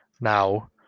now